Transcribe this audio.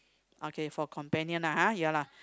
okay for companion lah !huh! ya lah